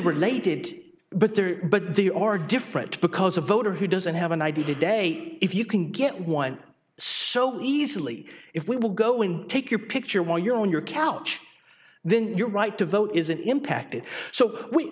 related but there but they are different because a voter who doesn't have an id today if you can get one so easily if we will go and take your picture while you're on your couch then your right to vote isn't impacted so we